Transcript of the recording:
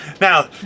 Now